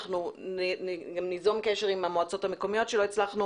אנחנו גם ניזום קשר עם המועצות האזוריות שלא הצלחנו